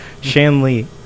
Shanley